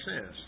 says